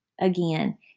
again